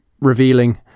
revealing